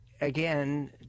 again